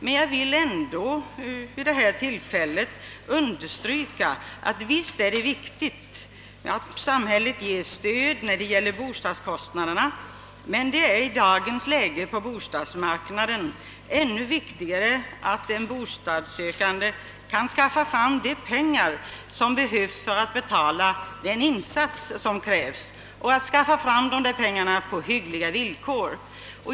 Men jag vill ändå, herr talman, vid detta tillfälle understryka att visst är det viktigt att samhället ger stöd till bosättningskostnaderna, men i dagens läge på bostadsmarknaden är det ännu viktigare att den bostadssökande verkligen kan skaffa fram de pengar som behövs för att betala den insats som kräves — och göra det på hyggliga villkor.